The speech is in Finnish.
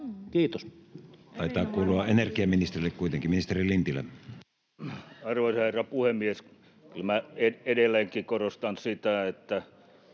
Kiitos. Taitaa kuulua energiaministerille kuitenkin. — Ministeri Lintilä. Arvoisa herra puhemies! Kyllä minä edelleenkin korostan sitä, että